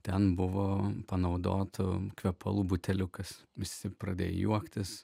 ten buvo panaudotų kvepalų buteliukas visi pradėjo juoktis